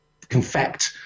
confect